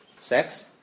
Sex